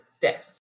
death